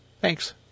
Thanks